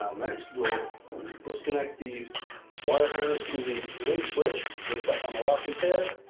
next, we'll disconnect the wire harness to the lid switch. lift up on the locking tub,